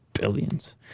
billions